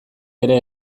ere